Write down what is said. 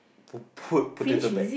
po~ potato bag